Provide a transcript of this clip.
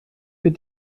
wird